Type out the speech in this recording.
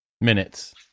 Minutes